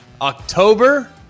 October